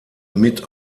mit